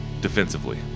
defensively